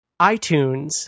itunes